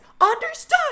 Understood